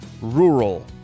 Rural